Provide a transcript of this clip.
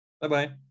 Bye-bye